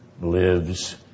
lives